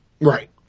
Right